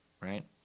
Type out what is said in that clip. right